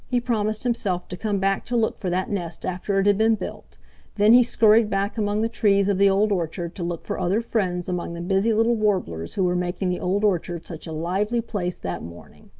he promised himself to come back to look for that nest after it had been built then he scurried back among the trees of the old orchard to look for other friends among the busy little warblers who were making the old orchard such a lively place that morning.